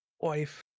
wife